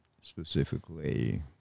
specifically